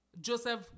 joseph